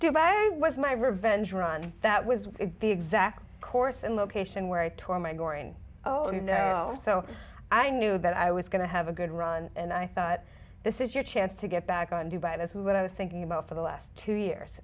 dubai was my revenge run that was the exact course and location where i tore my going oh you know so i knew that i was going to have a good run and i thought this is your chance to get back on dubai this is what i was thinking about for the last two years